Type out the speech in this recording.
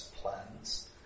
plans